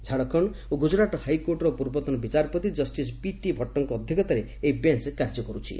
ଝାଡଖଣ୍ଡ ଓ ଗୁଜରାଟ ହାଇକୋର୍ଟର ପୂର୍ବତନ ବିଚାରପତି କଷ୍ଟିସ ପି ଟି ଭଟ୍ଟଙ୍କ ଅଧ୍ୟକ୍ଷତାରେ ଏହି ବେଞ୍ଚ କାର୍ଯ୍ୟ କର୍ଛି